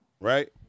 right